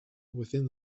within